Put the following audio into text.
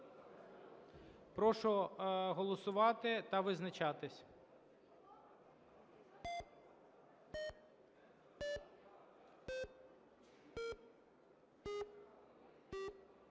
ласка, голосувати та визначатись.